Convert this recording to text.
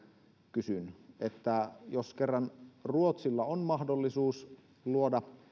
kysyn jos kerran ruotsilla on mahdollisuus luoda